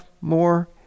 more